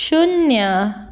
शुन्य